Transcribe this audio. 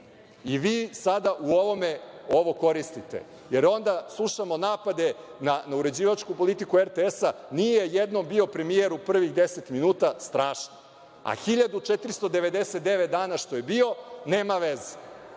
Vi sada ovo koristite, jer onda slušamo napade na uređivačku politiku RTS - nije jednom bio premijer u prvih 10 minuta, strašno, a 1499 dana što je bio, nema veze,